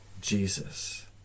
Jesus